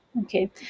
Okay